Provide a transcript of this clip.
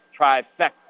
trifecta